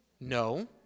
No